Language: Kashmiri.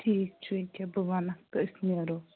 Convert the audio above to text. ٹھیٖک چھُ ییٚکیٛاہ بہٕ وَنَکھ تہٕ أسۍ نیرو